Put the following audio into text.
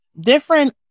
different